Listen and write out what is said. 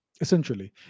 essentially